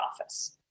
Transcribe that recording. office